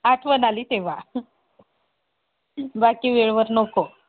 आठवण आली तेव्हा बाकी वेळेवर नको